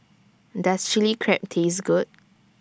Does Chilli Crab Taste Good